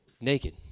naked